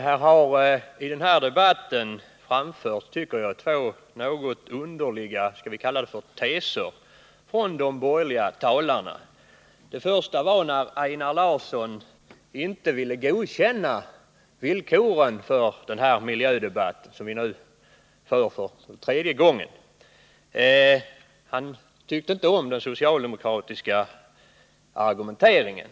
Herr talman! I den här debatten tycker jag att det har anförts två något underliga — låt oss kalla det så — teser från de borgerliga talarna. Den första var när Einar Larsson inte ville godkänna villkoren för den miljödebatt som vi nu för för tredje gången. Han tyckte inte om den socialdemokratiska argumenteringen.